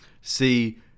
See